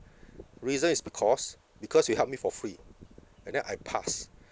reason is because because you helped me for free and then I passed